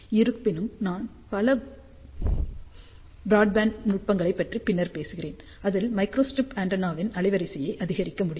இருப்பினும் நான் பல பிராட்பேண்ட் நுட்பங்கள் பற்றி பின்னர் பேசுகிறேன் அதில் மைக்ரோஸ்ட்ரிப் ஆண்டெனாவின் அலைவரிசையை அதிகரிக்க முடியும்